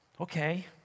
Okay